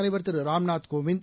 தலைவர் திருராம்நாத் கோவிந்த்